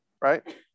right